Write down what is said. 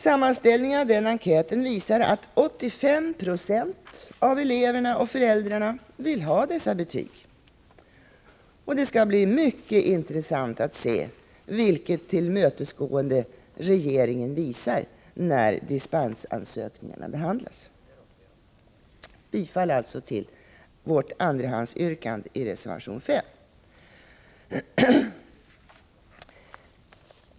Sammanställningen av enkäten ger vid handen att 85 26 av eleverna och föräldrarna vill ha dessa betyg. Det skall bli mycket intressant att se vilket tillmötesgående regeringen visar när dispensansökningarna behandlas. Jag yrkar bifall till vårt andrahandsyrkande i reservation 5.